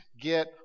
get